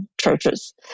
churches